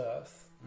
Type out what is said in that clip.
Earth